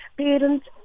Parents